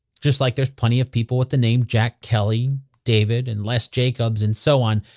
just like there's plenty of people with the name jack kelly, david and les jacobs, and so on.